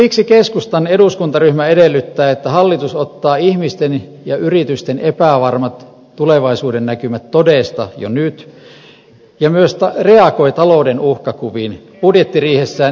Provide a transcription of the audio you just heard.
siksi keskustan eduskuntaryhmä edellyttää että hallitus ottaa ihmisten ja yritysten epävarmat tulevaisuudennäkymät todesta jo nyt ja myös reagoi talouden uhkakuviin budjettiriihessään ensi viikolla